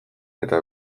eta